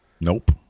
Nope